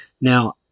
Now